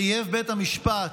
בית משפט,